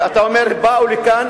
אתה אומר: באו לכאן,